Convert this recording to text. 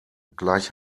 gleich